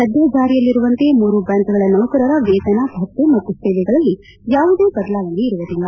ಸದ್ದ ಜಾರಿಯಲ್ಲಿರುವಂತೆ ಮೂರು ಬ್ವಾಂಕ್ಗಳ ನೌಕರರ ವೇತನ ಭತ್ತೆ ಮತ್ತು ಸೇವೆಗಳಲ್ಲಿ ಯಾವುದೇ ಬದಲಾವಣೆ ಇರುವುದಿಲ್ಲ